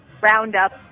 roundup